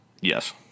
Yes